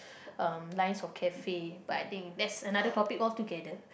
um lines of cafe but I think that's another topic altogether